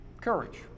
Courage